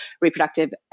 reproductive